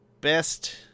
best